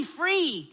free